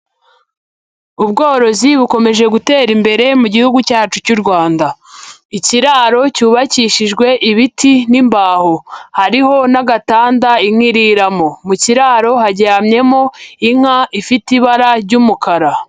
Ubworozi bukomeje gutera imbere mu gihugu cyacu cy'u Rwanda. Ikiraro cyubakishijwe ibiti n'imbaho. Hariho n'agatanda inka iriramo. Mu kiraro haryamyemo inka ifite ibara ry'umukara.